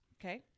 Okay